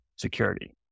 security